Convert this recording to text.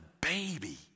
baby